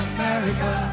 America